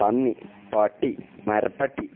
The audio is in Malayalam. പന്നി പട്ടി മരപ്പട്ടി